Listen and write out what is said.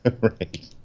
Right